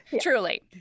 Truly